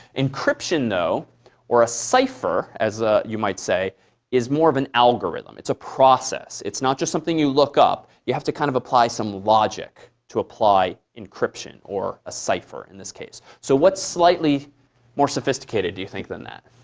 encryption though or a cipher as ah you might say is more of an algorithm. it's a process. it's it's not just something you look up. you have to kind of apply some logic to apply encryption, or a cipher in this case. so what's slightly more sophisticated, do you think, than that?